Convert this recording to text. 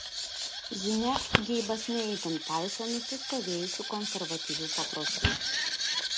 žinia geibas ne itin paisė nusistovėjusių konservatyvių papročių